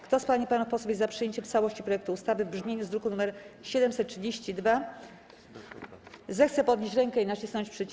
Kto z pań i panów posłów jest za przyjęciem w całości projektu ustawy w brzmieniu z druku nr 732, zechce podnieść rękę i nacisnąć przycisk.